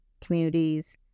communities